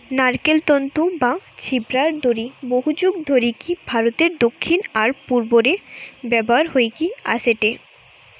নারকেল তন্তু বা ছিবড়ার দড়ি বহুযুগ ধরিকি ভারতের দক্ষিণ আর পূর্ব রে ব্যবহার হইকি অ্যাসেটে